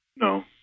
No